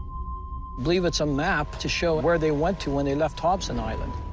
believe it's a map to show where they went to when they left hobson island.